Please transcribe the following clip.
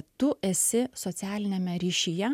tu esi socialiniame ryšyje